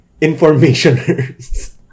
informationers